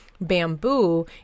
bamboo